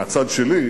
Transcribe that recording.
מהצד שלי,